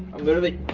i'm literally.